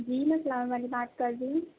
جی میں فلاور والی بات کر رہی